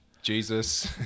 Jesus